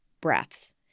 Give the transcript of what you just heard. breaths